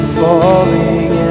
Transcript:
falling